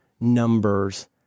numbers